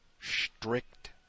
strict